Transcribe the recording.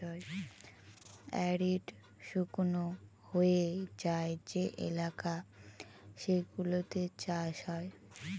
arid শুকনো হয়ে যায় যে এলাকা সেগুলোতে চাষ হয়